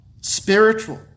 spiritual